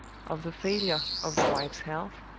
of the failure of the wife's health,